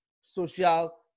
social